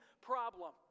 problem